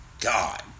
God